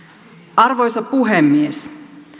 arvoisa puhemies